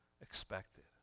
expected